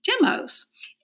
demos